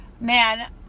Man